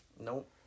Nope